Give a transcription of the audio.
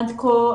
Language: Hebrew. עד כה,